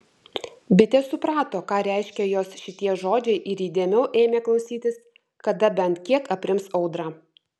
bitė suprato ką reiškia jos šitie žodžiai ir įdėmiau ėmė klausytis kada bent kiek aprims audra